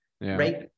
right